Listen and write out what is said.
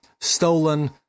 stolen